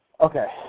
Okay